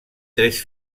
tres